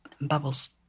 bubbles